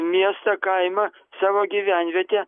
miestą kaimą savo gyvenvietę